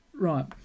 Right